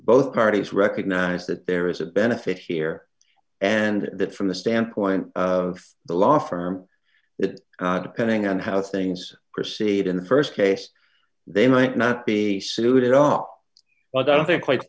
both parties recognize that there is a benefit here and that from the standpoint of the law firm that depending on how things proceed in the st case they might not be sued at all but i don't think quite